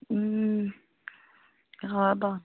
হয় বাৰু